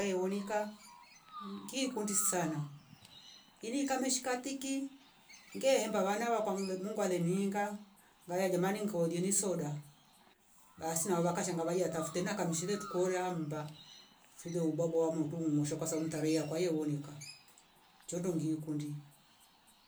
Kae wonika ngi kundi sana ini kameshika tiki ngehemba vana wakwangle mungu aleninga ngaya jamani ngaulieni soda basi na vakasha ngavaya tafute na kamshele tukoramba mba fule ubwabwa wa motu ngusha kwasam mtarea kwaio wonika chondo ngiukundi